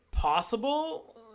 possible